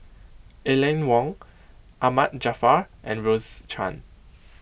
Aline Wong Ahmad Jaafar and Rose Chan